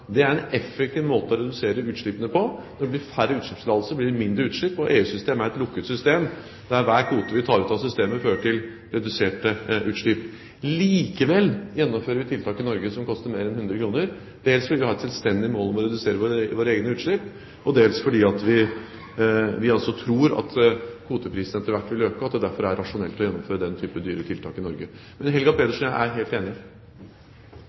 Det er en effektiv måte å redusere utslippene på. Når det blir færre utslippstillatelser, blir det mindre utslipp. EU-systemet er et lukket system, der hver kvote vi tar ut av systemet, fører til reduserte utslipp. Likevel gjennomfører vi tiltak i Norge som koster mer enn 100 kr, dels fordi vi har et selvstendig mål om å redusere våre egne utslipp, og dels fordi vi tror at kvoteprisen etter hvert vil øke, og at det derfor er rasjonelt å gjennomføre den type dyre tiltak i Norge. Helga Pedersen og jeg er helt